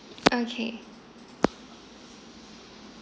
okay